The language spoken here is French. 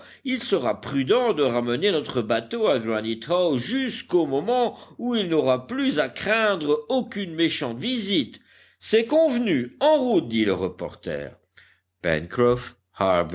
il sera prudent de ramener notre bateau à granite house jusqu'au moment où il n'aura plus à craindre aucune méchante visite c'est convenu en route dit le reporter